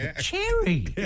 Cherry